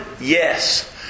Yes